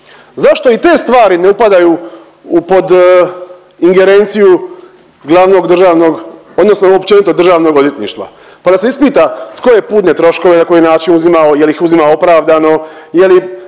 Zašto i te stvari ne upadaju u pod ingerenciju glavnog državnog odnosno općenito državnog odvjetništva? Pa da se ispita tko je putne troškove na koji način uzimao, je li ih uzimao opravdano, je li